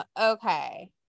okay